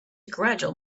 gradual